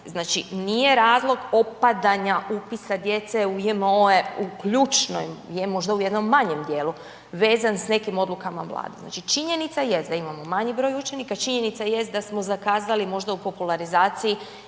Znači nije razlog opadanja upisa djece u JMO-e u ključnom, je možda u jednom manjem dijelu, vezan s nekim odlukama Vlade. Znači činjenica jest da imamo manji broj učenika, činjenica jest da smo zakazali možda u popularizaciji